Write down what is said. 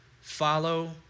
follow